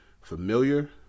familiar